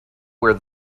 where